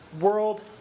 world